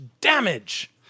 damage